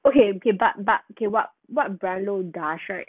okay okay but but okay what what bryan low does right